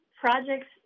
Projects